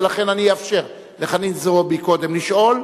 ולכן אני אאפשר לחנין זועבי קודם לשאול.